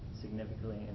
significantly